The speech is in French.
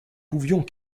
pouvions